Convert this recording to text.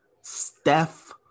Steph